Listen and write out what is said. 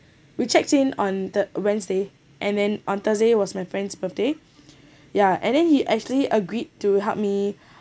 we checked in on the wednesday and then on thursday was my friend's birthday ya and then he actually agreed to help me